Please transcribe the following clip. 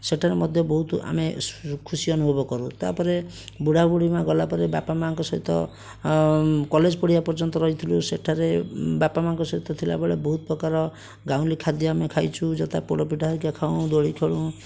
ସେଠାରେ ମଧ୍ୟ ବହୁତ ଆମେ ଖୁସି ଅନୁଭବ କରୁ ତାପରେ ବୁଢ଼ା ବୁଢ଼ି ମା' ଗଲାପରେ ବାପା ମା'ଙ୍କ ସହିତ କଲେଜ ପଢ଼ିବା ପର୍ଯ୍ୟନ୍ତ ରହିଥିଲୁ ସେଠାରେ ବାପା ମା'ଙ୍କ ସହିତ ଥିଲାବେଳେ ବହୁତ ପ୍ରକାର ଗାଉଁଲି ଖାଦ୍ୟ ଆମେ ଖାଇଛୁ ଯଥା ପୋଡ଼ପିଠା ହେରିକା ଖାଉଁ ଦୋଳି ଖେଳୁଁ